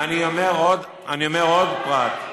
אני אומר עוד פרט,